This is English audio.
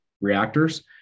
reactors